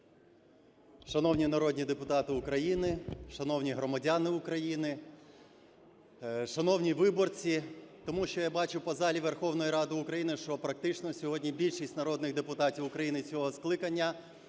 Шановні народні депутати України, шановні громадяни України, шановні виборці! Тому що я бачу по залі Верховної Ради України, що практично сьогодні більшість народних депутатів України цього скликання